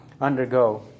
undergo